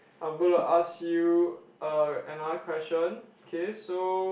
I'm gonna ask you <(uh) another question K so